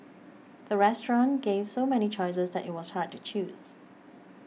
the restaurant gave so many choices that it was hard to choose